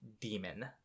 demon